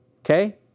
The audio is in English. okay